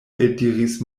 eldiris